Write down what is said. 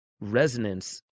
resonance